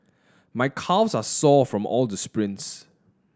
my calves are sore from all the sprints